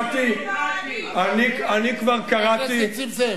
העם אומר את דברו.